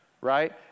right